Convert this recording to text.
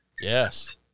Yes